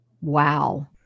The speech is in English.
Wow